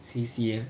see see